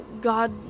God